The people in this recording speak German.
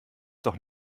doch